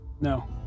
No